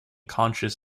conscious